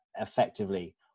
effectively